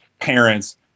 parents